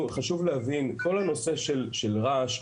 חשוב להבין שכל הנושא של רעש,